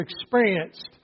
experienced